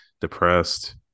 depressed